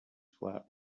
flat